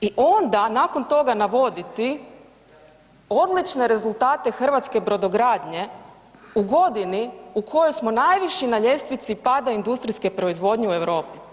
I onda nakon toga navoditi odlične rezultate hrvatske brodogradnje u godini u kojoj smo najviši na ljestvici pada industrijske proizvodnje u Europi.